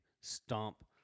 stomp